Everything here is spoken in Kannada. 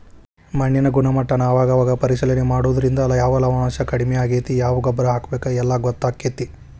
ಮಣ್ಣಿನ ಗುಣಮಟ್ಟಾನ ಅವಾಗ ಅವಾಗ ಪರೇಶಿಲನೆ ಮಾಡುದ್ರಿಂದ ಯಾವ ಲವಣಾಂಶಾ ಕಡಮಿ ಆಗೆತಿ ಯಾವ ಗೊಬ್ಬರಾ ಹಾಕಬೇಕ ಎಲ್ಲಾ ಗೊತ್ತಕ್ಕತಿ